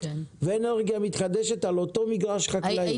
ואנרגיה מתחדשת על אותו מגרש חקלאי.